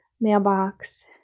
mailbox